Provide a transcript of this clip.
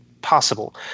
possible